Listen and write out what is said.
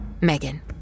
Megan